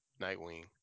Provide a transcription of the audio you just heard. Nightwing